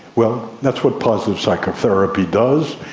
well, that's what positive psychotherapy does,